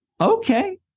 okay